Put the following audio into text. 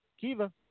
Kiva